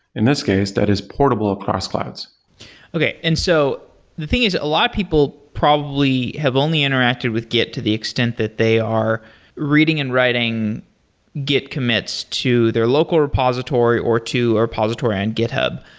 in this case that is portable across clouds okay. and so the thing is a lot of people probably have only interacted with git to the extent that they are reading and writing git commits to their local repository, or to repository on github.